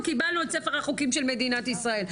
קיבלנו את ספר החוקים של מדינת ישראל,